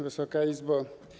Wysoka Izbo!